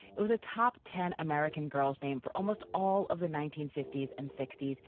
it was a top ten american girl's name for almost all of the nineteen fifty s and sixty s,